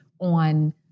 on